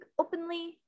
openly